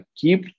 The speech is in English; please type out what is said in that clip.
keep